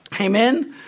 Amen